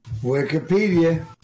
Wikipedia